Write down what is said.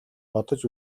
бодож